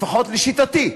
לפחות לשיטתי,